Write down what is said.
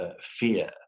fear